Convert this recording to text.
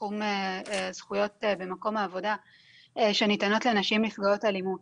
בתחום זכויות במקום העבודה שניתנות לנשים נפגעות אלימות.